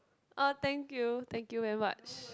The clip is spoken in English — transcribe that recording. ah thank you thank you very much